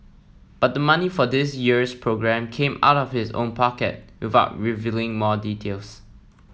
but the money for this year's programme came out of his own pocket without revealing more details